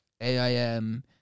aim